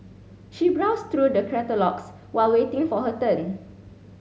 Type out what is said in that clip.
she browsed through the catalogues while waiting for her turn